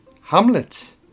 Hamlet